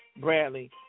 Bradley